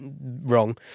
wrong